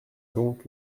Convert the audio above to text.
donc